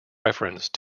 reference